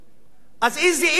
אז איזו תועלת?